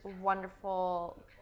wonderful